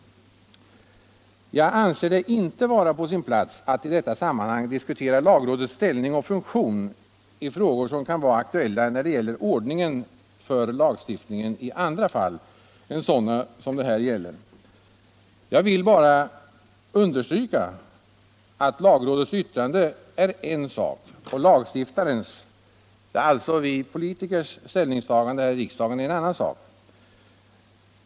Jag anser det inte vara på sin plats att i detta sammanhang diskutera lagrådets ställning och funktion i frågor som kan vara aktuella när det gäller ordningen för lagstiftningen i andra fall än sådana som det här gäller. Jag vill bara understryka att lagrådets yttrande är en sak och lagstiftarens — alltså vi politikers — ställningstagande här i riksdagen är en annan sak.